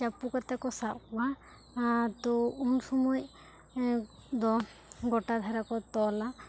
ᱪᱟᱹᱯᱩ ᱠᱟᱛᱮ ᱠᱚ ᱥᱟᱵ ᱠᱚᱣᱟ ᱟᱨ ᱛᱚ ᱩᱱ ᱥᱚᱢᱚᱭ ᱫᱚ ᱜᱚᱴᱟ ᱫᱷᱟᱨᱮ ᱠᱚ ᱛᱚᱞᱟ